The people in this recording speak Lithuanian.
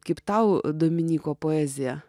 kaip tau dominyko poezija